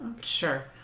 Sure